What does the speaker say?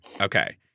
Okay